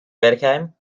bergheim